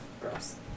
Gross